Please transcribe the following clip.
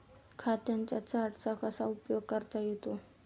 खात्यांच्या चार्टचा कसा उपयोग करता येतो?